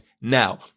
now